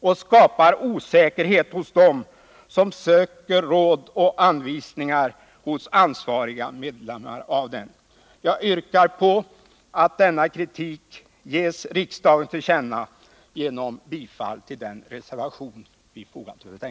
och skapar osäkerhet hos dem som söker råd och anvisningar hos ansvariga medlemmar av densamma. Jag yrkar att denna kritik ges regeringen till känna och att således reservation 5 bifalles.